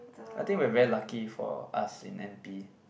I think we're very lucky for us in n_p